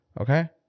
okay